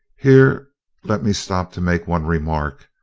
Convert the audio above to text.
here let me stop to make one remark,